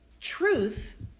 Truth